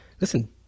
listen